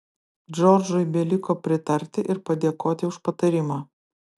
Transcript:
džordžui beliko pritarti ir padėkoti už patarimą